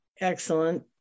excellent